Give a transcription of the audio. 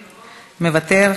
מוותר,